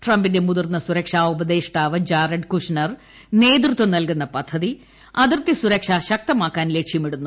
ട്രംപിന്റെ മുതിർന്ന സുരക്ഷാ ഉപദേഷ്ടാവ് ജാർഡ് കൂഷ്നർ നേതൃത്വം നൽകുന്ന പദ്ധതി അതിർത്തി സുരക്ഷ ശക്തമാക്കാൻ ലക്ഷ്യമിടുന്നു